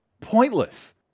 pointless